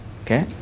okay